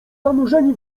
zanurzeni